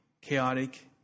chaotic